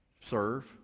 serve